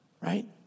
right